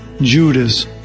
Judas